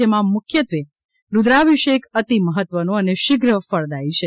જેમાં મુખ્યત્વે રૂદ્રાભિષેક અતિ મહત્વનો અને શીદ્ર ફલદાથી છે